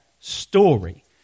story